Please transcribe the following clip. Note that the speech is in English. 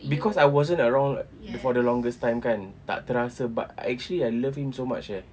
because I wasn't around for the longest time kan tak terasa but actually I love him so much eh